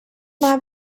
mal